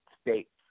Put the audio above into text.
states